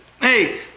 hey